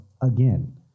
again